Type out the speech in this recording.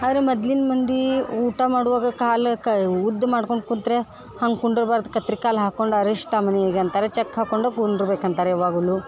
ಆದರೆ ಮದ್ಲಿನ ಮಂದಿ ಊಟ ಮಾಡುವಾಗ ಕಾಲಕ್ಕ ಉದ್ದ ಮಾಡ್ಕೊಂಡು ಕುಂತ್ರೆ ಹಂಗೆ ಕುಂಡರ್ಬಾರ್ದು ಕತ್ತರಿ ಕಾಲು ಹಾಕೊಂಡು ಅರಿಷ್ಟ ಮನೆಗೆ ಅಂತಾರೆ ಚಕ್ ಹಾಕ್ಕೊಂಡು ಕುಂಡ್ರಬೇಕಂತಾರೆ ಯಾವಾಗಲೂ